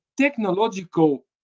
technological